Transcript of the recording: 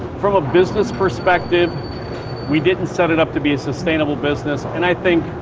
from a business perspective we didn't set it up to be a sustainable business, and i think,